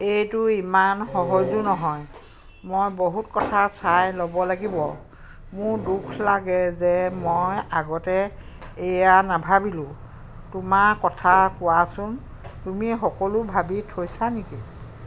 এইটো ইমান সহজো নহয় মই বহুত কথা চাই ল'ব লাগিব মোৰ দুখ লাগে যে মই আগতে এয়া নাভাবিলো তোমাৰ কথা কোৱাচোন তুমি সকলো ভাবি থৈছা নেকি